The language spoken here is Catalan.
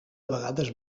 vegades